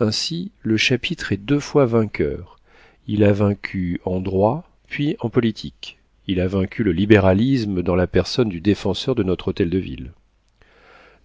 ainsi le chapitre est deux fois vainqueur il a vaincu en droit puis en politique il a vaincu le libéralisme dans la personne du défenseur de notre hôtel de ville